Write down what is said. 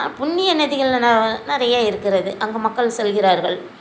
புண்ணிய நதிகள் ந நிறைய இருக்கிறது அங்கே மக்கள் செல்கிறார்கள்